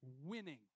winning